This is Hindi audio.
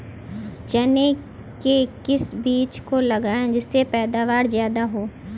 चने के किस बीज को लगाएँ जिससे पैदावार ज्यादा हो?